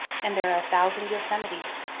and there are a thousand yosemites.